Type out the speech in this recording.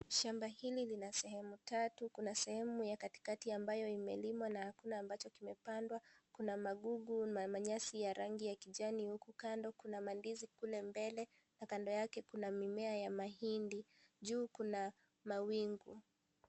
Shamba hili lina sehemu tatu, kuna sehemu ya katikati ambayo imelimwa na kile ambacho kimepandwa kuna magugu na manyasi ya rangi ya kijani huku kando kuna mandizi, kule mbele na kando yake kuna mimea ya mahindi. Juu kuna mawingu.